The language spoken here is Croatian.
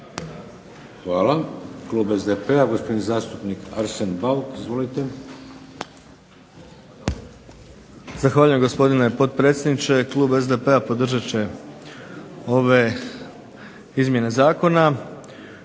Hvala. Klub SDP-a, gospodin zastupnik Arsen Bauk. Izvolite. **Bauk, Arsen (SDP)** Zahvaljujem gospodine potpredsjedniče. Klub SDP-a podržat će ove izmjene zakona.